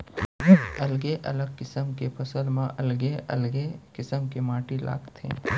अलगे अलग किसम के फसल म अलगे अलगे किसम के माटी लागथे